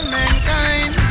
mankind